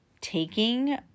taking